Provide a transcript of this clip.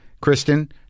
Kristen